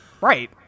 Right